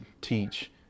teach